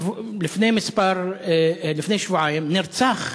לפני שבועיים נרצח